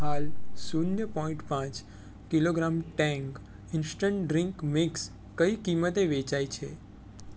હાલ શૂન્ય પોઈન્ટ પાંચ kilogram Tang instant drink mix કઈ કિંમતે વેચાય છે